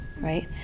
Right